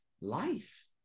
life